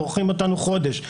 "מורחים" אותנו חודש,